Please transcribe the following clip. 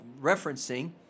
referencing